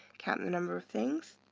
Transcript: count the number of things.